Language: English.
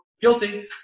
guilty